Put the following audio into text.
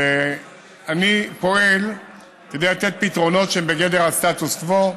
שאני פועל כדי לתת פתרונות שהם בגדר הסטטוס קוו,